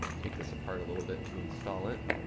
take this apart a little bit to install it